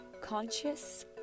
Conscious